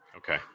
Okay